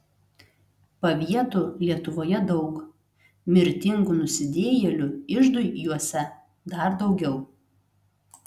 pavietų lietuvoje daug mirtingų nusidėjėlių iždui juose dar daugiau